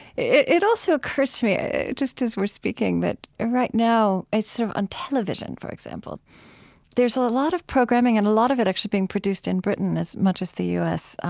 it it also occurs to me just as we're speaking that right now it's sort of on television, for example there's a lot of programming and a lot of it actually being produced in britain as much as the u s,